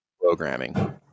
programming